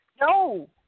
No